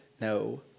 no